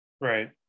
Right